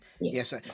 Yes